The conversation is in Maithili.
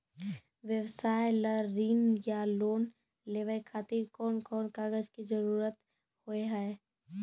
व्यवसाय ला ऋण या लोन लेवे खातिर कौन कौन कागज के जरूरत हाव हाय?